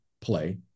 play